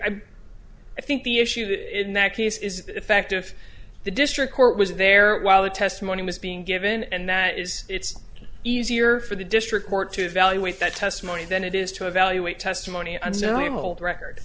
mean i think the issued in that case is effective the district court was there while the testimony was being given and that is it's easier for the district court to evaluate that testimony than it is to evaluate testimony and now i'm old record